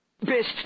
Best